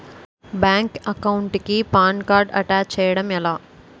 Bank account కి PAN card attach చేయడం ఎలా?